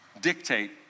dictate